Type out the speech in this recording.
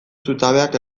zutabeak